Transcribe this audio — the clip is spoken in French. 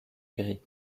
gris